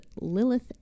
Lilith